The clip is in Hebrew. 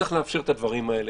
יש לאפשר את זה.